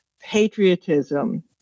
patriotism